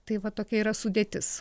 tai va tokia yra sudėtis